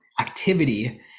activity